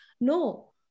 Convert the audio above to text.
No